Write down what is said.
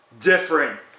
different